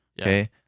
okay